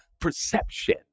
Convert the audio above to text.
perception